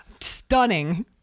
stunning